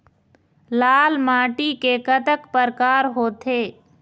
लाल माटी के कतक परकार होथे?